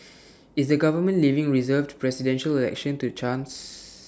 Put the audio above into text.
is the government leaving reserved Presidential Election to chance